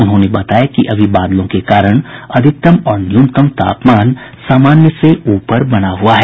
उन्होंने बताया कि अभी बादलों के कारण अधिकतम और न्यूनतम तापमान सामान्य से ऊपर बना हुआ है